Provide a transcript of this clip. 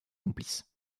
complices